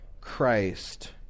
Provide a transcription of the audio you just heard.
Christ